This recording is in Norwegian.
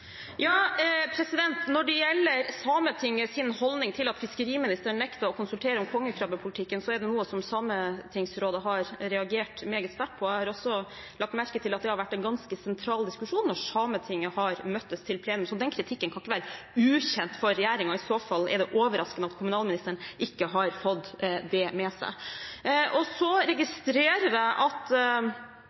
at fiskeriministeren nekter å konsultere om kongekrabbepolitikken, så er det noe som Sametingsrådet har reagert meget sterkt på. Jeg har også lagt merke til at det har vært en ganske sentral diskusjon når Sametinget har møttes i plenum, så den kritikken kan ikke være ukjent for regjeringen. I så fall er det overraskende at kommunalministeren ikke har fått det med seg. Jeg registrerer at